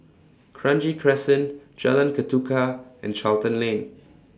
Kranji Crescent Jalan Ketuka and Charlton Lane